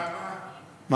למה?